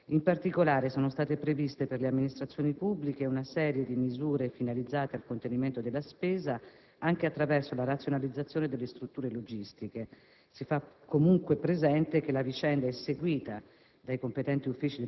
ha subito. In particolare sono state previste, per le amministrazioni pubbliche, una serie di misure finalizzate al contenimento della spesa, anche attraverso la razionalizzazione delle strutture logistiche. Si fa comunque presente che la vicenda è seguita